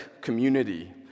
community